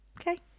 Okay